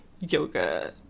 yoga